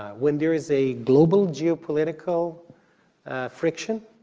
when there is a global geopolitical friction,